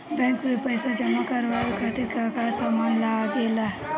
Bank में पईसा जमा करवाये खातिर का का सामान लगेला?